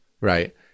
right